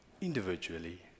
individually